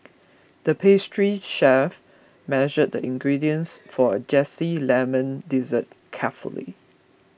the pastry chef measured the ingredients for a Zesty Lemon Dessert carefully